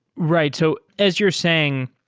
right. so as you're saying,